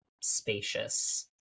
spacious